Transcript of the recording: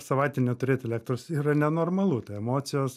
savaitę neturėt elektros yra nenormalu tai emocijos